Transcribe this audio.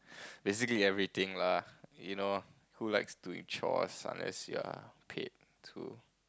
basically everything lah you know who likes doing chores unless you are paid to